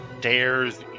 dares